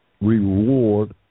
reward